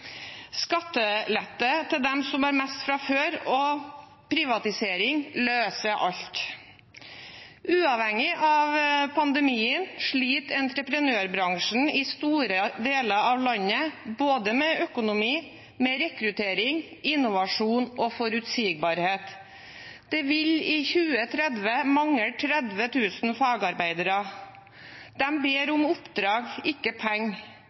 Skattelette til dem som har mest fra før, og privatisering, løser alt. Uavhengig av pandemien sliter entreprenørbransjen i store deler av landet, både med økonomi, med rekruttering, innovasjon og forutsigbarhet. Det vil i 2030 mangle 30 000 fagarbeidere. De ber om oppdrag, ikke penger.